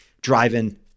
driving